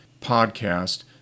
podcast